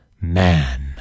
man